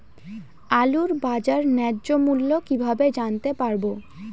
আলুর বাজার ন্যায্য মূল্য কিভাবে জানতে পারবো?